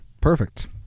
Perfect